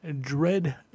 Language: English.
Dread